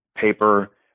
paper